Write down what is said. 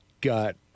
got